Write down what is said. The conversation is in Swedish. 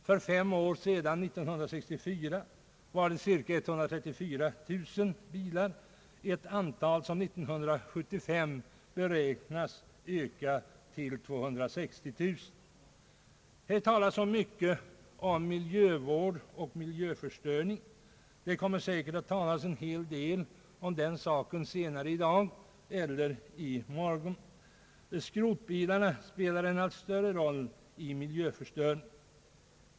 För fem år sedan, 1964, var det cirka 134 000 bilar, och antalet beräknas öka till 260000 år 1975. Här talas mycket om miljövård och miljöförstöring, och det kommer säkert att talas en hel del därom senare i dag eller i morgon. Skrotbilarna spelar en allt större roll i miljöförstöringen.